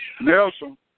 Nelson